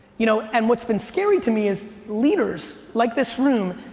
you know and what's been scary to me is leaders like this room,